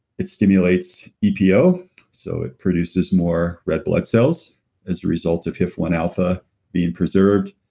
it stimulates epo so it produces more red blood cells as a result of hif one alpha being preserved.